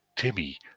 Timmy